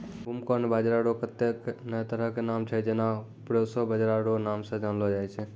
broomcorn बाजरा रो कत्ते ने तरह के नाम छै जेना प्रोशो बाजरा रो नाम से जानलो जाय छै